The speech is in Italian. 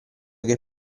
che